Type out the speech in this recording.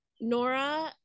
Nora